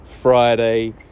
friday